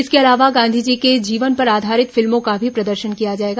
इसके अलावा गांधी जी के जीवन पर आधारित फिल्मों का भी प्रदर्शन किया जाएगा